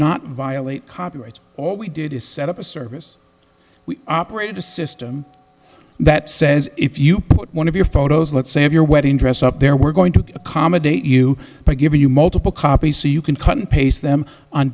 not violate copyrights all we did is set up a service we operated a system that says if you put one of your photos let's say of your wedding dress up there we're going to accommodate you by giving you multiple copies so you can cut and paste them on